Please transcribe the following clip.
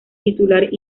titular